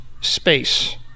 space